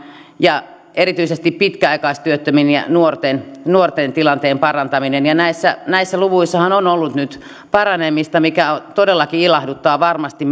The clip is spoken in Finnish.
ja erityisesti pitkäaikaistyöttömien ja nuorten nuorten tilanteen parantaminen näissä näissä luvuissahan on ollut nyt paranemista mikä todellakin ilahduttaa varmasti